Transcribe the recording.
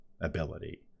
ability